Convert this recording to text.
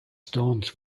stones